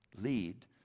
lead